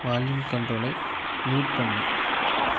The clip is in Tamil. வால்யூம் கண்ட்ரோலை மியூட் பண்ணு